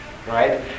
right